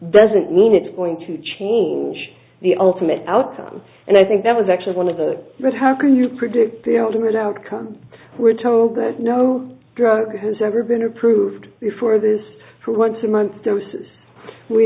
doesn't mean it's going to change the ultimate outcome and i think that was actually one of the but how can you predict the ultimate outcome we're told that no drug has ever been approved before this for once a month